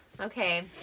Okay